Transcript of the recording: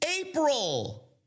April